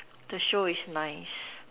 the show is nice